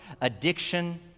addiction